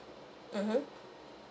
mmhmm